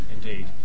Indeed